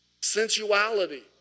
Sensuality